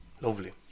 Lovely